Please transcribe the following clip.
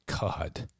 God